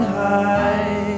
high